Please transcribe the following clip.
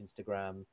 Instagram